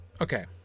Okay